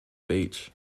beach